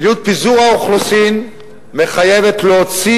מדיניות פיזור האוכלוסין מחייבת להוציא